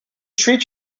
treat